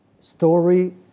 story